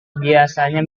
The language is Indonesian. biasanya